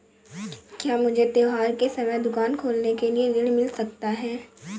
क्या मुझे त्योहार के समय दुकान खोलने के लिए ऋण मिल सकता है?